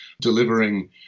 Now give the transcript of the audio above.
Delivering